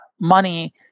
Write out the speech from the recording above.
money